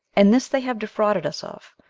and this they have defrauded us of,